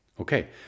Okay